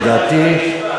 לדעתי,